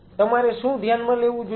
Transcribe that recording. તમારે શું ધ્યાનમાં લેવું જોઈએ